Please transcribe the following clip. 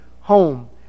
home